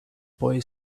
boy